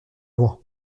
loin